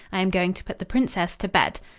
i am going to put the princess to bed.